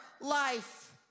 life